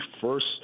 first